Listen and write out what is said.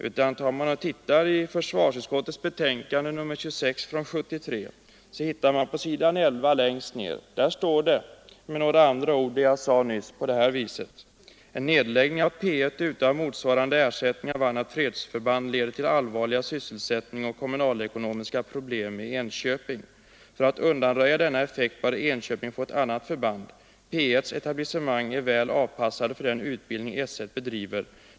Ser man efter i försvarsutskottets betänkande nr 26 från år 1973 finner man att på s. 11 längst ner står det: ”En nedläggning av P1 utan motsvarande ersättning av annat fredsförband leder till allvarliga sysselsättningsoch kommunalekonomiska problem i Enköping. För att undanröja denna effekt bör Enköping få ett annat förband. P 1:s etablissement är väl avpassade för den utbildning S 1 bedriver.